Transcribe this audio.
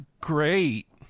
great